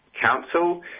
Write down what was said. council